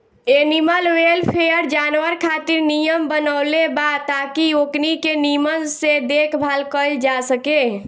animal welfare, जानवर खातिर नियम बनवले बा ताकि ओकनी के निमन से देखभाल कईल जा सके